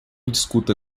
discuta